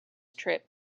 trip